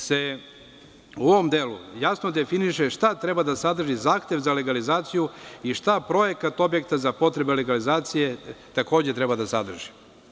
Jasno se definiše šta treba da sadrži zahtev za legalizaciju i šta projekat objekta za potrebe legalizacije takođe treba da sadrži.